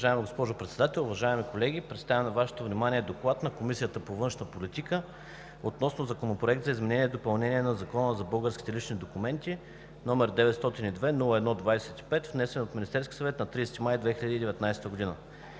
Уважаема госпожо Председател, уважаеми колеги! Представям на Вашето внимание: „ДОКЛАД на Комисията по външна политика относно Законопроект за изменение и допълнение на Закона за българските лични документи, № 902-01-25, внесен от Министерския съвет на 30 май 2019 г.